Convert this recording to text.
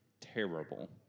terrible